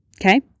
Okay